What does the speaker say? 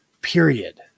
period